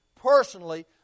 personally